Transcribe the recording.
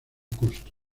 costo